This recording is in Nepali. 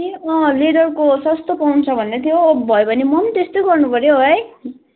ए अँ लेदरको सस्तो पाउँछ भन्दै थियो भयो भने म पनि त्यस्तै गर्नुपऱ्यो हौ है